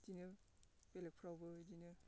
बिदिनो बेलेगफोरावबो